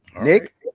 Nick